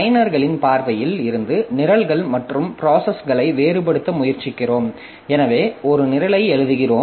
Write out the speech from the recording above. பயனர்களின் பார்வையில் இருந்து நிரல்கள் மற்றும் ப்ராசஸ்களை வேறுபடுத்த முயற்சிக்கிறோம் எனவே ஒரு நிரலை எழுதுகிறோம்